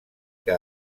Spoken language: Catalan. que